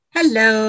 Hello